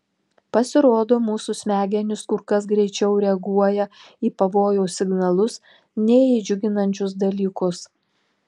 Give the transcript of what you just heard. pasirodo mūsų smegenys kur kas greičiau reaguoja į pavojaus signalus nei į džiuginančius dalykus